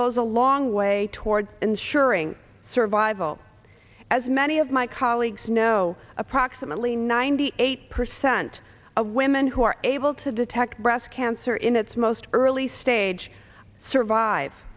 goes a long way toward ensuring survival as many of my colleagues know approximately ninety eight percent of women who are able to detect breast cancer in its most early stage survive